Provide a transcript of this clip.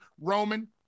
Roman